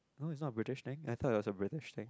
no it's not a British thing I thought it was a British thing